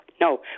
No